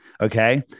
Okay